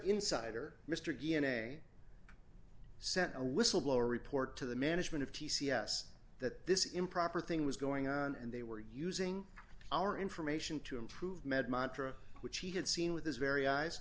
insider mr dna sent a whistleblower report to the management of t c s that this improper thing was going on and they were using our information to improve med montra which he had seen with his very eyes